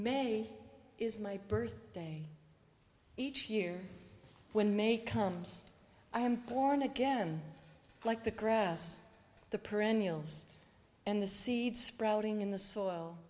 may is my birthday each year when make comes i am born again like the grass the perennials and the seeds sprouting in the soil